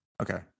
Okay